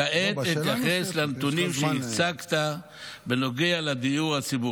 כעת אתייחס לנתונים שהצגת בנוגע לדיור הציבורי.